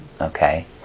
Okay